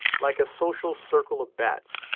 like a social circle of bats,